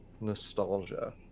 nostalgia